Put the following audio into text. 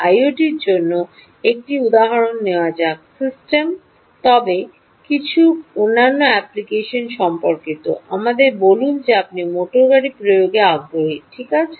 IoT র অন্য একটি উদাহরণ নেওয়া যাক সিস্টেম তবে কিছু অন্যান্য অ্যাপ্লিকেশন সম্পর্কিত আমাদের বলুন যে আপনি মোটরগাড়ি প্রয়োগে আগ্রহী ঠিক আছে